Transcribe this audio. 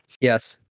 Yes